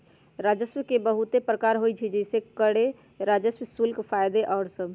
राजस्व के बहुते प्रकार होइ छइ जइसे करें राजस्व, शुल्क, फयदा आउरो सभ